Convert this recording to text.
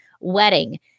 wedding